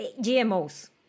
GMOs